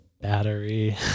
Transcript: battery